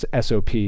SOP